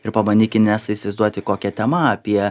ir pabandyk inesa įsivaizduoti kokia tema apie